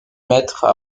maîtres